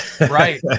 right